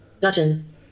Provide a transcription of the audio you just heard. Button